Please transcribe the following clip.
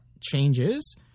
Changes